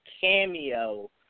cameo